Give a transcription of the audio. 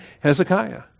Hezekiah